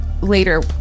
later